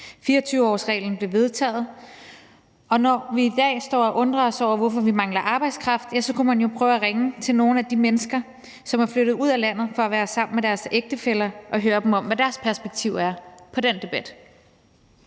24-årsreglen blev vedtaget, og når vi i dag står og undrer os over, hvorfor vi mangler arbejdskraft, så kunne man jo prøve at ringe til nogle af de mennesker, som er flyttet ud af landet for at være sammen med deres ægtefæller, og høre, hvad deres perspektiv på den debat